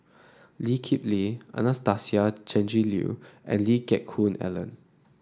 Lee Kip Lee Anastasia Tjendri Liew and Lee Geck Hoon Ellen